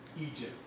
Egypt